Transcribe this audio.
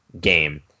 game